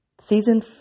season